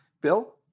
bill